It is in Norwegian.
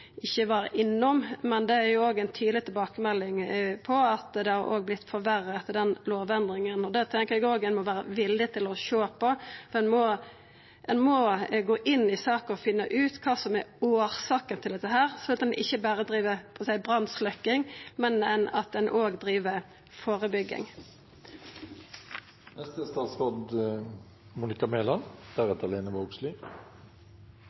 ikkje var innom, er det ei tydeleg tilbakemelding om at det er vorte forverra etter lovendringa. Det tenkjer eg òg at ein må vera villig til å sjå på. Ein må gå inn i saka og finna ut kva som er årsaka til dette, slik at ein ikkje berre driv med brannsløkking, men at en òg driv med førebygging. Vi er ikke uenige om at